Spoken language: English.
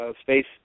space